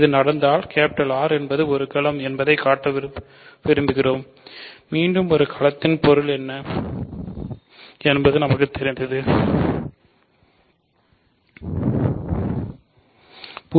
இது நடந்தால் R என்பது ஒரு களம் என்பது ஏதோ ஒரு வளையமாகும் அதில் ஒவ்வொரு பூஜ்ஜியமற்ற உறுப்புக்கும் ஒரு பெருக்க நேர்மாறு உறுப்பு இருக்க வேண்டும்